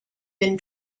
been